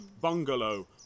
bungalow